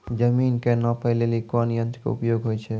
जमीन के नापै लेली कोन यंत्र के उपयोग होय छै?